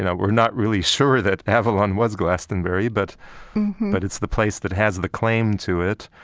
and we're not really sure that avalon was glastonbury, but but it's the place that has the claim to it.